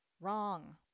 Wrong